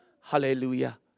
Hallelujah